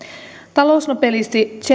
talousnobelisti james